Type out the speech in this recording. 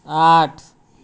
आठ